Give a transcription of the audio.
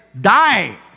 die